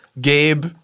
Gabe